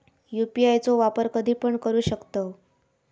UPI चो वापर कधीपण करू शकतव?